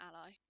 ally